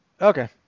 Okay